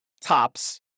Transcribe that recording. tops